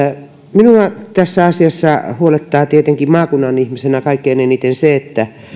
minua tässä asiassa huolettaa tietenkin maakunnan ihmisenä kaikkein eniten se